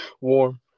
Warm